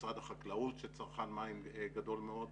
משרד החקלאות שהוא צרכן מים גדול מאוד,